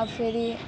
अब फेरि